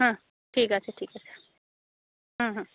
হুম ঠিক আছে ঠিক আছে হুম হুম